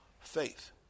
Faith